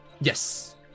Yes